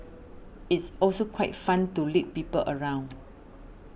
it's also quite fun to lead people around